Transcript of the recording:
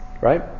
Right